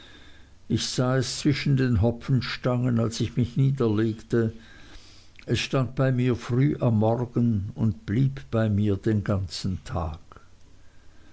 ich sah es zwischen den hopfenstangen als ich mich niederlegte es stand bei mir früh am morgen und blieb bei mir den ganzen tag